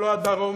ולא הדרום,